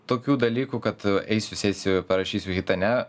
tokių dalykų kad eisiu sėsiu parašysiu hitą ne